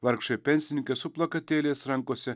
vargšai pensininkai su plakatėliais rankose